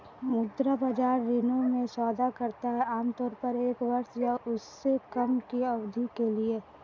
मुद्रा बाजार ऋणों में सौदा करता है आमतौर पर एक वर्ष या उससे कम की अवधि के लिए